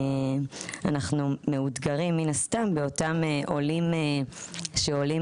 אנחנו מאותגרים מן הסתם באותם עולים שעולים